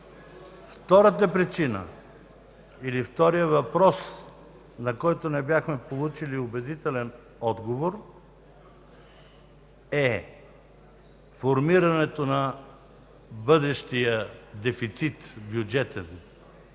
Втората причина или вторият въпрос, на който не бяхме получили убедителен отговор, е формирането на бъдещия бюджетен